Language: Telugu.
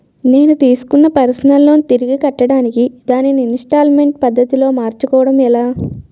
నేను తిస్కున్న పర్సనల్ లోన్ తిరిగి కట్టడానికి దానిని ఇంస్తాల్మేంట్ పద్ధతి లో మార్చుకోవడం ఎలా?